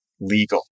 legal